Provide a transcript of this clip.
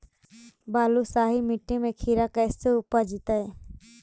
बालुसाहि मट्टी में खिरा कैसे उपजतै?